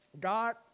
God